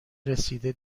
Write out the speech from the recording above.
رسیده